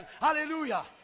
Hallelujah